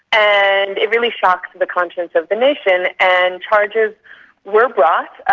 and it really shocked the conscience of the nation, and charges were brought,